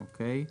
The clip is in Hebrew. אוקי.